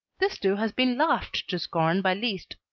this too has been laughed to scorn by liszt.